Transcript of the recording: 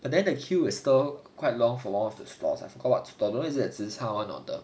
but then the queue is still quite long for one of the stores I forgot what store don't know is it that zi char [one] or not